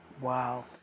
Wow